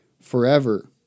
forever